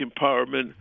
empowerment